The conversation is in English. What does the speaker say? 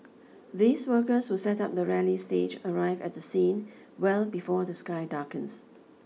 these workers who set up the rally stage arrive at the scene well before the sky darkens